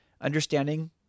understanding